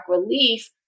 relief